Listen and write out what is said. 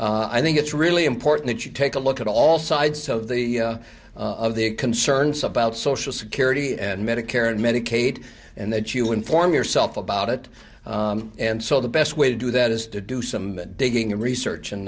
i think it's really important you take a look at all sides of the of the concerns about social security and medicare and medicaid and that you inform yourself about it and so the best way to do that is to do some digging and research